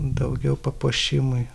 daugiau papuošimui